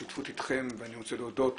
בשותפות איתכם ואני רוצה להודות